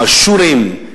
האשורים,